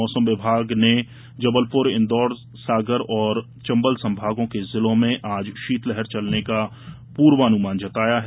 मौसम विभाग ने जबलपुर इंदौर सागर और चंबल संभागों के जिलों में आज शीतल दिन रहने का पूर्वानुमान जताया है